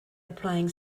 applying